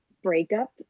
breakup